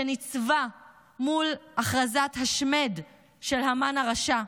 שניצבה מול הכרזת השמד של המן הרשע,